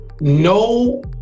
no